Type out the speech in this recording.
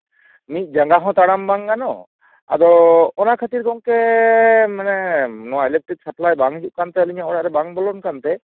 ᱢᱤᱫ ᱡᱟᱸᱜᱟ ᱦᱚᱸ ᱛᱟᱲᱟᱢ ᱵᱟᱝ ᱜᱟᱱᱚᱜ ᱟᱫᱚ ᱚᱱᱟ ᱠᱷᱟᱹᱛᱤᱨ ᱜᱚᱝᱠᱮ ᱢᱟᱱᱮ ᱱᱚᱣᱟ ᱤᱞᱮᱠᱴᱨᱤᱠ ᱥᱟᱯᱞᱟᱭ ᱵᱟᱝ ᱦᱤᱡᱩᱜ ᱠᱟᱱᱛᱮ ᱟᱹ ᱞᱤᱧᱟᱜ ᱚᱲᱟᱜ ᱨᱮ ᱵᱟᱝ ᱵᱚᱞᱚᱱ ᱠᱟᱱᱛᱮ